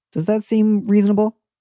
does that seem reasonable?